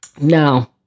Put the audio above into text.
No